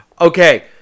okay